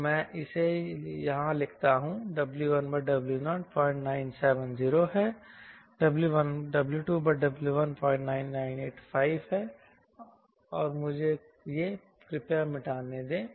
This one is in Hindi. तो मैं इसे यहाँ लिखता हूँ W1W0 0970 है W2W1 0985 है और मुझे यह मिटा देने दो